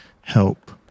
help